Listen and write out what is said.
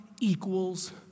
equals